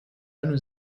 nous